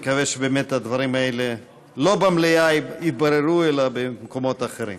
אני מקווה שבאמת הדברים האלה יתבררו לא במליאה אלא במקומות אחרים.